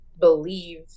believe